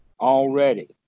already